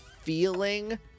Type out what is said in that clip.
feeling